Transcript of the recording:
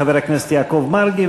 חבר הכנסת יעקב מרגי,